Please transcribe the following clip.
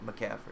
McCaffrey